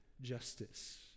justice